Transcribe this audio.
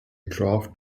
draft